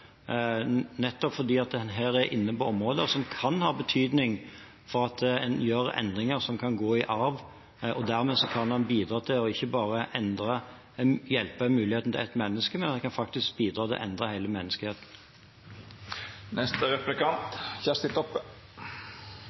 nettopp fordi en her er inne på områder som kan ha betydning ved at en gjør endringer som kan gå i arv. Dermed kan en bidra til ikke bare å hjelpe ett menneskes muligheter, men også til å endre hele menneskeheten. Vi har hatt ei stor og viktig sak til